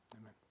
amen